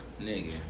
Nigga